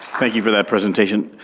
thank you for that presentation.